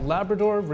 Labrador